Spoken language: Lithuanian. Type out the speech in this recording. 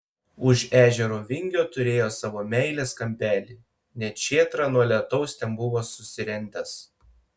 už ežero vingio turėjo savo meilės kampelį net šėtrą nuo lietaus ten buvo susirentęs